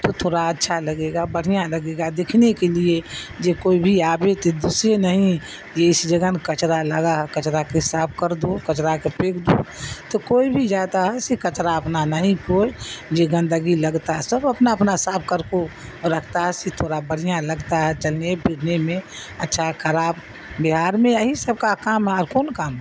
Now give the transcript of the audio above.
تو تھوڑا اچھا لگے گا بڑھیا لگے گا دیکھنے کے لیے جے کوئی بھی آبے تو دوسرے نہیں یہ اس جگہہ کچرا لگا ہے کچرا کے صاف کر دو کچرا کے پھیک دو تو کوئی بھی جاتا ہے اس کچرا اپنا نہیں کوئی جے گندگی لگتا ہے سب اپنا اپنا صاف کر کو رکھتا ہے ایسے تھوڑا بڑھیا لگتا ہے چلنے پھرنے میں اچھا خراب بہار میں یہی سب کا کام ہے اور کون کام ہے